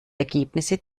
ergebnisse